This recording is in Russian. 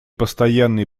постоянный